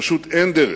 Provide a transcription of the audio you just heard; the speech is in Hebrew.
פשוט אין דרך,